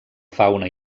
fauna